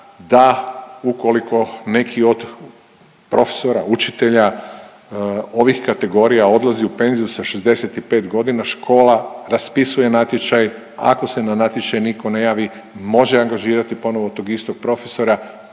da ukoliko neki od profesora, učitelja, ovih kategorija odlazi u penziju sa 65 godina, škola raspisuje natječaj. Ako se na natječaj nitko ne javi, može angažirati ponovno tog istog profesora